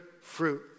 fruit